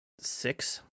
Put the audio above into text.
six